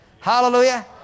Hallelujah